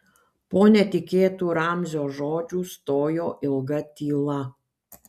po netikėtų ramzio žodžių stojo ilga tyla